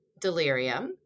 delirium